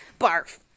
Barf